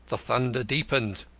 the thunder deepened.